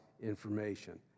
information